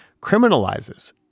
criminalizes